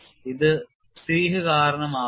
അത് സിഹ് Sih കാരണം ആകുന്നു